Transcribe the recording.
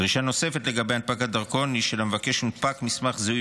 דרישה נוספת לגבי הנפקת דרכון היא שלמבקש הונפק מסמך זיהוי